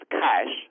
cash